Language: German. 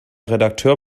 redakteur